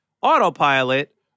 autopilot